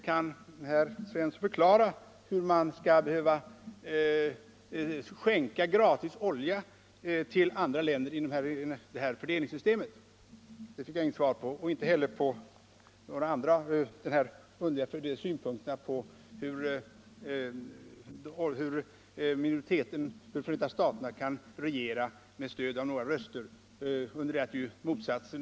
Kan herr Svensson förklara hur man skall behöva skänka bort olja gratis till andra länder i det här fördelningssystemet? Den frågan fick jag inte något svar på och inte heller på frågan hur Förenta staterna kan regera med stöd av några röster.